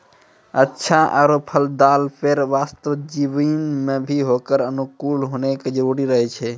अच्छा आरो फलदाल पेड़ वास्तॅ जमीन भी होकरो अनुकूल होना जरूरी रहै छै